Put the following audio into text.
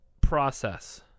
Process